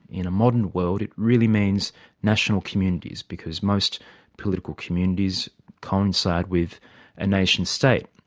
in a modern world it really means national communities because most political communities coincide with a nation state.